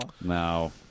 No